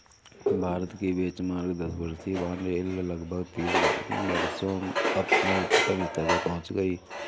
भारत की बेंचमार्क दस वर्षीय बॉन्ड यील्ड लगभग तीन वर्षों में अपने उच्चतम स्तर पर पहुंच गई